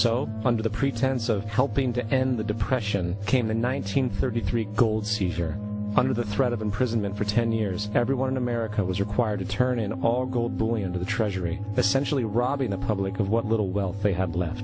so under the pretense of helping to end the depression came the one thousand nine hundred thirty three gold seizure under the threat of imprisonment for ten years everyone in america was required to turn in a more gold bullion to the treasury essentially robbing the public of what little wealth they have le